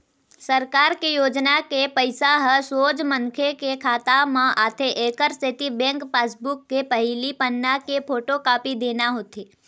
सरकार के योजना के पइसा ह सोझ मनखे के खाता म आथे एकर सेती बेंक पासबूक के पहिली पन्ना के फोटोकापी देना होथे